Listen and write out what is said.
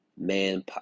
man